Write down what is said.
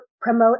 promote